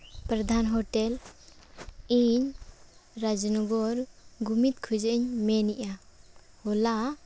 ᱯᱨᱚᱫᱷᱟᱱ hotel ᱤᱧ ᱨᱟᱡᱽ ᱱᱚᱜᱚᱨ ᱜᱩᱢᱤᱛ ᱠᱷᱚᱡᱟᱜᱤᱧ ᱢᱮᱱᱮᱜᱼᱟ ᱦᱚᱞᱟ